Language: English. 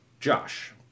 Josh